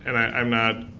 and i'm not